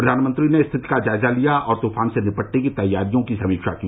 प्रधानमंत्री ने स्थिति का जायजा लिया और तूफान से निपटने की तैयारियों की समीक्षा की